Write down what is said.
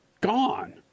gone